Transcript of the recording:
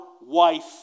wife